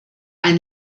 ein